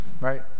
right